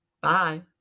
Bye